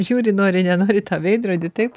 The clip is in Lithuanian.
žiūri nori nenori tą veidrodį taip